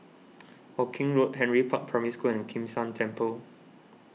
Hawkinge Road Henry Park Primary School and Kim San Temple